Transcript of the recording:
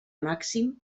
màxim